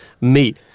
meet